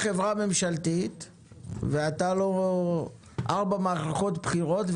כחברה ממשלתית לא חילקת את ההודעה לבוחר בארבע מערכות בחירות?